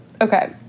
Okay